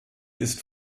ist